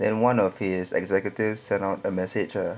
then one of his executives sent out a message ah